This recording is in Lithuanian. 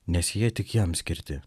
nes jie tik jam skirti